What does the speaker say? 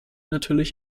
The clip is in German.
natürlich